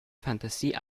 fantasie